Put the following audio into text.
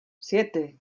siete